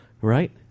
Right